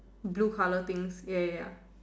blue colour things ya ya ya